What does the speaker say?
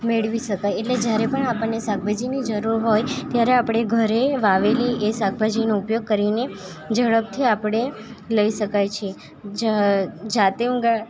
મેળવી શકાય એટલે જ્યારે પણ આપણને શાકભાજીની જરૂર હોય ત્યારે આપણે ઘરે વાવેલી એ શાકભાજીનો ઉપયોગ કરી ને ઝડપથી આપણે લઈ શકાય છે જાતે ઉગાડેલી